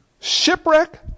Shipwreck